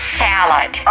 salad